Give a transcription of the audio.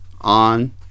On